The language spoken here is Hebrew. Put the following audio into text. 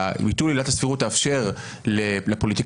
ביטול עילת הסבירות תאפשר לפוליטיקאים